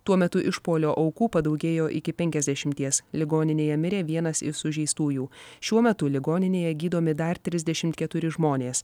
tuo metu išpuolio aukų padaugėjo iki penkiasdešimties ligoninėje mirė vienas iš sužeistųjų šiuo metu ligoninėje gydomi dar trisdešimt keturi žmonės